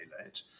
let